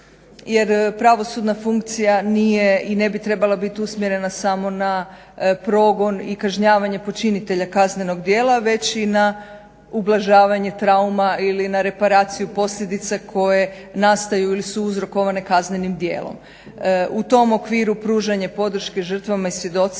jer pravosudna funkcija nije i ne bi trebala biti usmjerena samo na progon i kažnjavanje počinitelja kaznenog djela već i na ublažavanje trauma ili na reparaciju posljedica koje nastaju ili su uzrokovane kaznenim djelom. U tom okviru pružanje podrške žrtvama i svjedocima